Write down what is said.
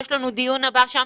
ויש לנו את הדיון הבא על זה.